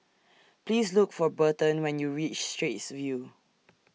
Please Look For Burton when YOU REACH Straits View